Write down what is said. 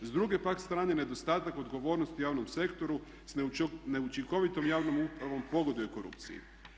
S druge pak strane nedostatak odgovornosti u javnom sektoru sa neučinkovitom javnom upravom pogoduje korupciji.